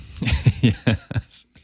Yes